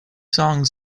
songs